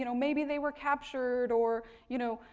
you know maybe they were captured or, you know,